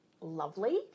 lovely